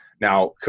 Now